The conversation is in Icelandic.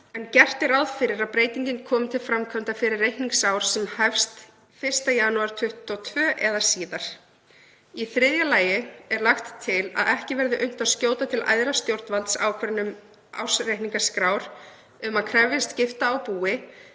en gert er ráð fyrir að breytingin komi til framkvæmda fyrir reikningsár sem hefst 1. janúar 2022 eða síðar. Í þriðja lagi er lagt til að ekki verði unnt að skjóta til æðra stjórnvalds ákvörðunum ársreikningaskrár um að krefjast skipta á búi